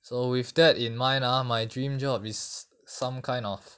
so with that in mind ah my dream job it's some kind of